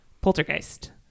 poltergeist